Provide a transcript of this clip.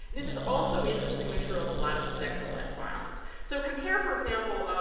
this is also interestingly true of a lot of the sexualized violence. so compare, for example,